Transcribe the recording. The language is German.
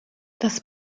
das